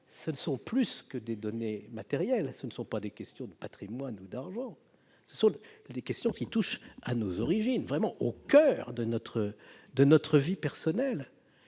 ce sont plus que des données matérielles. Ce ne sont pas des questions de patrimoine ou d'argent. Ce sont des questions qui touchent à nos origines, qui sont véritablement au coeur de notre vie personnelle.